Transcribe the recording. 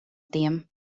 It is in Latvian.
tiem